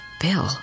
Bill